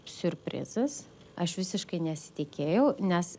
siurprizas aš visiškai nesitikėjau nes